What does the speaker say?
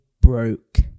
broke